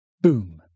Boom